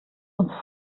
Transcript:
uns